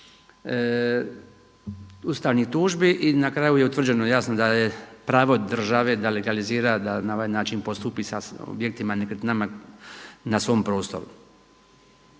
ustavnih tužbi. I na kraju je utvrđeno jasno da je pravo države da legalizira da na ovaj način postupi sa objektima, nekretninama na svom prostoru.